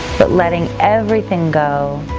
but letting everything go,